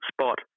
spot